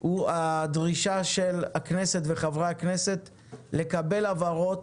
הוא הדרישה של הכנסת וחברי הכנסת לקבל הבהרות